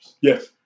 yes